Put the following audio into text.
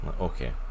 okay